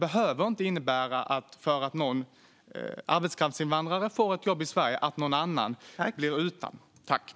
Att en arbetskraftsinvandrare får ett jobb i Sverige behöver inte innebära att någon annan blir utan.